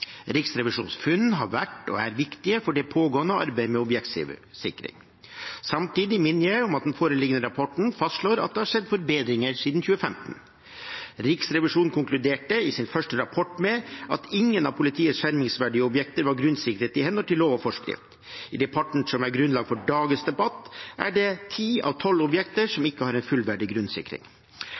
Riksrevisjonens funn har vært, og er, viktige for det pågående arbeidet med objektsikring. Samtidig minner jeg om at den foreliggende rapporten fastslår at det har skjedd forbedringer siden 2015. Riksrevisjonen konkluderte i sin første rapport med at ingen av politiets skjermingsverdige objekter var grunnsikret i henhold til lov og forskrift. Ifølge rapporten som er grunnlag for dagens debatt, er det ti av tolv objekter som ikke har en fullverdig grunnsikring.